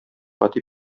гади